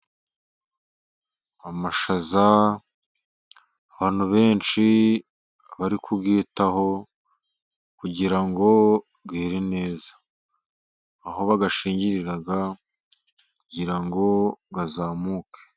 Amashaza abantu benshi bari kuyitaho kugira ngo yere neza, aho bayashingirira kugira ngo azamuke.